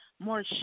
More